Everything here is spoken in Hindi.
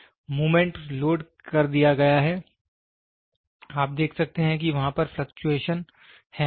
मूमेंट लोड कर दिया गया है आप देख सकते हैं कि वहां पर फ्लकचुएशन है